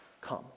Come